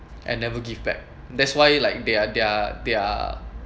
and never give back that's why like they're they're they're